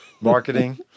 marketing